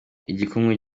igikumwe